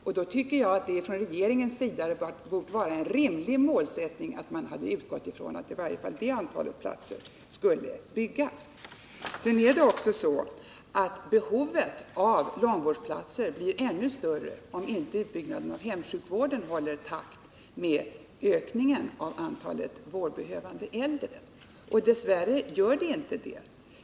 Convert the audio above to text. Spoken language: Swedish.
Därför tycker jag att det för regeringen borde vara en rimlig målsättning att utgå från att i varje fall det antalet platser skulle byggas. Vidare är det också så att behovet av långvårdsplatser blir ännu större om utbyggnaden av hemsjukvården inte håller takt med ökningen av antalet vårdbehövande äldre. Dess värre gör den inte det.